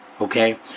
Okay